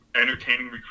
entertaining